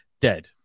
Dead